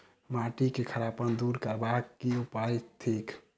माटि केँ खड़ापन दूर करबाक की उपाय थिक?